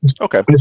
okay